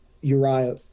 Uriah